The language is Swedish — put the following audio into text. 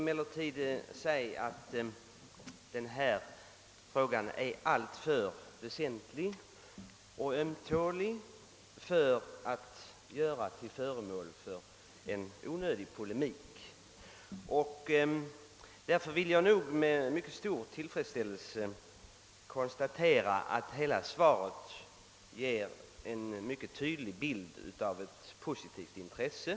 Men den är alltför väsentlig och ömtålig för att göras till föremål för onödig polemik. Därför konstaterar jag i stället med stor tillfredsställelse att hela svaret utvisar ett tydligt positivt intresse.